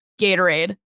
Gatorade